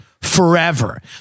forever